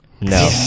No